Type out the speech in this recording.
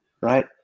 right